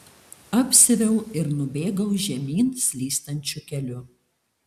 apsiaviau ir nubėgau žemyn slystančiu keliu